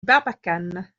barbacane